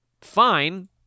Fine